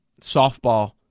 softball